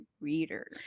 reader